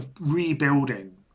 rebuilding